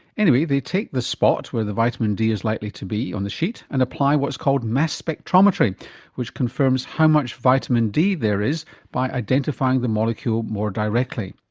anyway they take the spot where the vitamin d is likely to be on the sheet and apply what's called mass spectrometry which confirms how much vitamin d there is by identifying the molecule more directly.